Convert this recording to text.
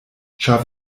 ĉar